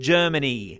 Germany